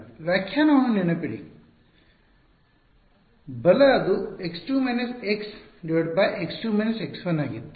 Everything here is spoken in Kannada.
N1 ನ ವ್ಯಾಖ್ಯಾನವನ್ನು ನೆನಪಿಡಿ ಅದು ಆಗಿತ್ತು